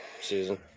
season